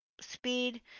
speed